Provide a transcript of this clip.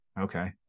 Okay